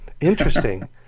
interesting